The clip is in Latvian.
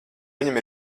viņam